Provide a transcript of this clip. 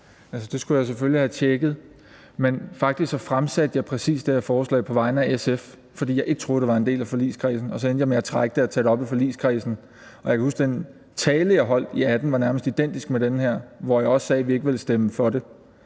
Det skulle jeg selvfølgelig have tjekket, men faktisk fremsatte jeg præcis det her forslag på vegne af SF, fordi jeg ikke troede, det var en del af forliget, og så endte jeg med at trække det og tage det op i forligskredsen. Og jeg kan huske, at den tale, jeg holdt i 2018, nærmest var identisk med den her, hvor jeg også sagde, at vi ikke ville stemme for det.